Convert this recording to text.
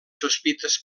sospites